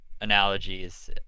analogies